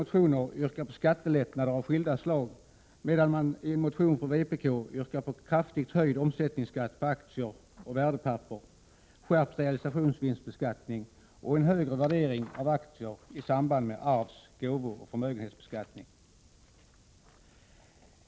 medan man i en motion från vpk yrkar på kraftigt höjd omsättningsskatt på aktier och värdepapper, skärpt realisationsvinstbeskattning och en högre värdering av aktier i samband med arvs-, gåvooch förmögenhetsbeskattning.